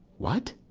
what?